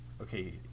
Okay